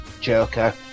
Joker